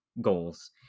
goals